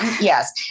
yes